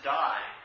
die